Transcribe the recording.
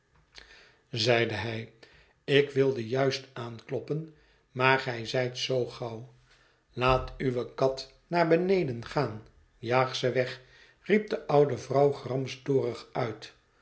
zeide hij ik wilde juist aankloppen maar gij zijt zoo gauw laat uwe kat naar beneden gaan jaag ze weg riep de oude vrouw gramstorig uit